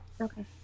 Okay